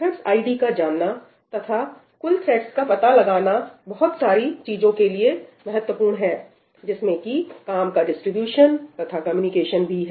threads ID का जानना तथा कुल थ्रेड्स का पता लगाना बहुत सारी चीजों के लिए बहुत महत्वपूर्ण है जिसमें कि काम का डिस्ट्रीब्यूशन तथा कम्युनिकेशन भी है